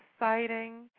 exciting